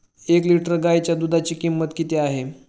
एक लिटर गाईच्या दुधाची किंमत किती आहे?